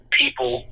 people